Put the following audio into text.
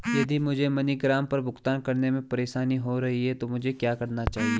यदि मुझे मनीग्राम पर भुगतान करने में परेशानी हो रही है तो मुझे क्या करना चाहिए?